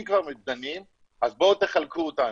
אם כבר דנים אז בואו תחלקו אותנו.